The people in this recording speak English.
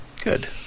Good